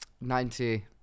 Ninety